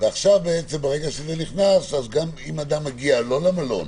ברגע שזה ייכנס, אם אדם לא מגיע למלון,